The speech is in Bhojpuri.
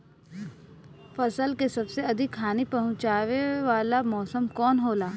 फसल के सबसे अधिक हानि पहुंचाने वाला मौसम कौन हो ला?